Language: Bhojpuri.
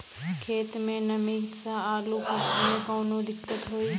खेत मे नमी स आलू मे कऊनो दिक्कत होई?